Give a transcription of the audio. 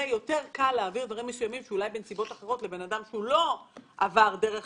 קל להעביר דברים מסוימים שאולי בנסיבות אחרות לבן אדם שלא עבר דרך